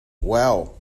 well